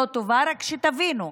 רק שתבינו,